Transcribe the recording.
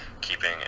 keeping